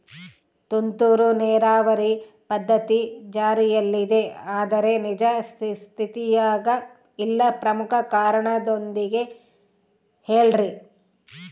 ತುಂತುರು ನೇರಾವರಿ ಪದ್ಧತಿ ಜಾರಿಯಲ್ಲಿದೆ ಆದರೆ ನಿಜ ಸ್ಥಿತಿಯಾಗ ಇಲ್ಲ ಪ್ರಮುಖ ಕಾರಣದೊಂದಿಗೆ ಹೇಳ್ರಿ?